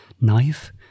knife